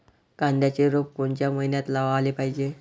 कांद्याचं रोप कोनच्या मइन्यात लावाले पायजे?